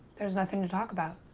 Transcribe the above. there's nothing to talk about.